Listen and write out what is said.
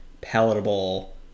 palatable